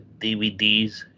DVDs